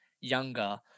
younger